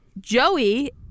Joey